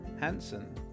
Hansen